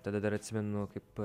tada dar atsimenu kaip